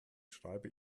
schreibe